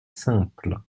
simple